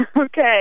Okay